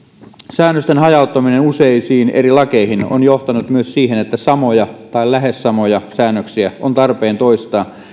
säännösten hajauttaminen useisiin eri lakeihin on johtanut myös siihen että samoja tai lähes samoja säännöksiä on tarpeen toistaa